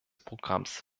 programms